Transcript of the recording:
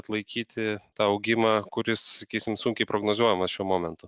atlaikyti tą augimą kuris sakysim sunkiai prognozuojamas šiuo momentu